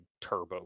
turbo